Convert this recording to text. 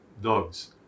dogs